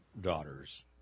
daughters